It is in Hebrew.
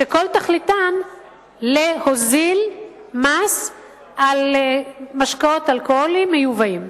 שכל תכליתן להוזיל מס על משקאות אלכוהוליים מיובאים,